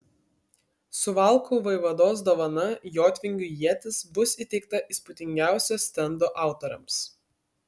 suvalkų vaivados dovana jotvingių ietis bus įteikta įspūdingiausio stendo autoriams